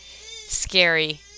scary